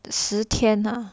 十天呐